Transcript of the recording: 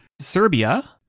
Serbia